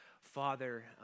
Father